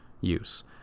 use